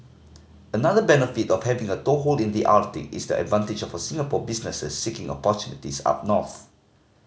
another benefit of having a toehold in the Arctic is the advantage for Singapore businesses seeking opportunities up north